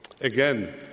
Again